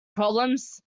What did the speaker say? problems